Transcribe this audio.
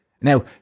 Now